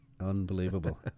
Unbelievable